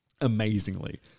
Amazingly